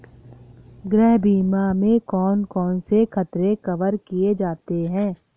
गृह बीमा में कौन कौन से खतरे कवर किए जाते हैं?